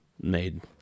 made